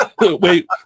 Wait